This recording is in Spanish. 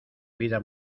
vida